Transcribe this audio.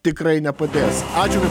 tikrai nepadės ačiū